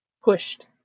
pushed